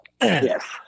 Yes